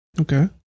Okay